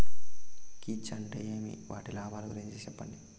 కీచ్ అంటే ఏమి? వాటి లాభాలు గురించి సెప్పండి?